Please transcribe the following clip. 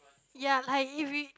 ya like if we